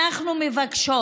אנחנו מבקשות